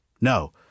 No